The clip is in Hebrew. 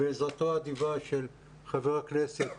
בעזרתו האדיבה של חבר הכנסת,